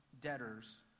debtors